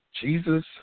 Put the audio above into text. Jesus